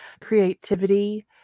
creativity